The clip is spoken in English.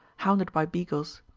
hounded by beagles.